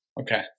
Okay